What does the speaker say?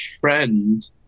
friend